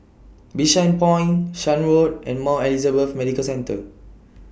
Bishan Point Shan Road and Mount Elizabeth Medical Centre